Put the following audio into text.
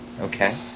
Okay